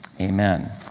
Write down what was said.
amen